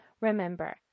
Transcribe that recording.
Remember